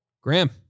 Graham